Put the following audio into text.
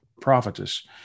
prophetess